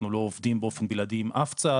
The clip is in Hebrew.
אנחנו לא עובדים באופן בלעדי עם אף צד.